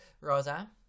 Rosa